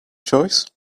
choice